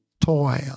toil